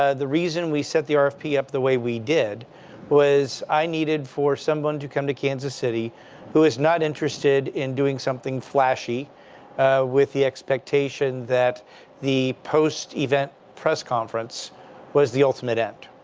ah the reason we set the rfp up the way we did was i needed for someone to come to kansas city who is not interested in doing something flashy with the expectation that the post-event press conference was the ultimate end.